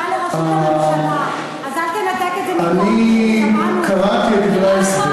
לראשות הממשלה, אז אל תנתק את זה, לא משנה,